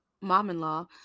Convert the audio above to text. mom-in-law